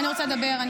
אני רוצה לדבר רגע.